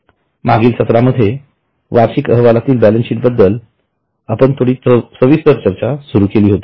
मागील सत्रामध्ये वार्षिक अहवालातील बॅलन्सशीट बद्दल आपण थोडी सविस्तर चर्चा सुरू केली होती